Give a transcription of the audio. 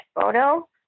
photo